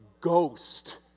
Ghost